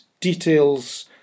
details